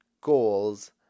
goals